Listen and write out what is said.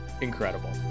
Incredible